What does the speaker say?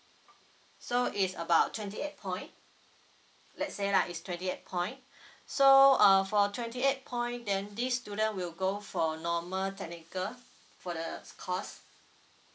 so is about twenty eight point let's say lah is twenty eight point so uh for twenty eight point then this student will go for normal technical for the s~ course